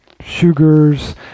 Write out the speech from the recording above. sugars